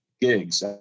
gigs